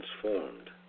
transformed